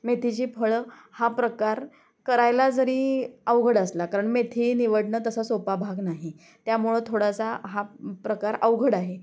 मेथीची फळं हा प्रकार करायला जरी अवघड असला कारण मेथी निवडणं तसा सोपा भाग नाही त्यामुळं थोडासा हा प्रकार अवघड आहे